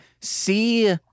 see